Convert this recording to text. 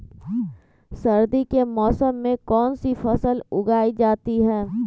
सर्दी के मौसम में कौन सी फसल उगाई जाती है?